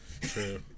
True